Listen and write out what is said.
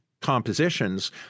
compositions